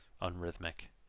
unrhythmic